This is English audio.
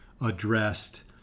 addressed